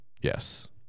Yes